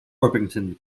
orpington